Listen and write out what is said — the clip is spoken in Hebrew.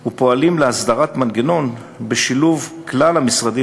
ופועלים להסדרת מנגנון בשילוב כלל המשרדים